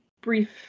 Brief